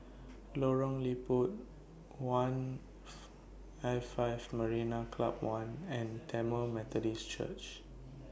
Lorong Liput one'L five Marina Club one and Tamil Methodist Church